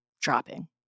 dropping